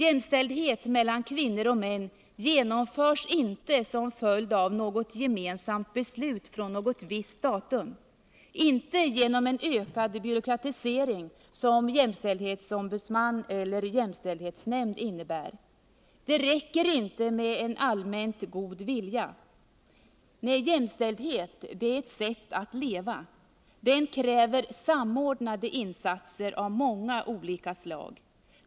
Jämställdhet mellan kvinnor och män genomförs inte som följd av något gemensamt beslut från något visst datum, inte genom den ökade byråkratisering som jämställdhetsombudsman eller jämställdhetsnämnd innebär. Det räcker inte med allmänt god vilja. Jämställdhet är ett sätt att leva. Den kräver samordnade insatser av många olika slag.